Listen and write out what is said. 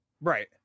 Right